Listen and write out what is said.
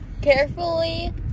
Carefully